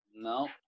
No